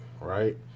right